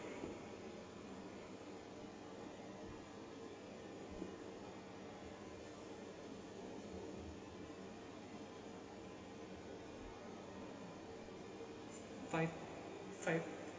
five five